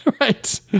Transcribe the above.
Right